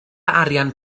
arian